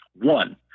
One